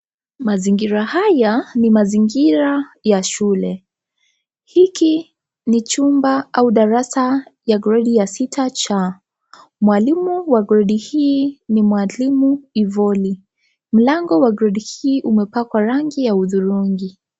Mazingira haya ni Mazingira ya shule, hiki ni chumba au darasa la gredi la sita C mwalimu wa gredi hii ni mwalimu Ivoli mlango wa gredi c imepakwa kwa rangi ya udhurungi.